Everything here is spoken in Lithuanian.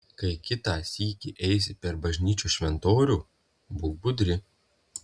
kai kitą sykį eisi per bažnyčios šventorių būk budri